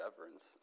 reverence